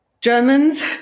Germans